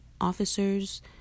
officers